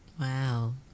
Wow